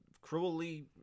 cruelly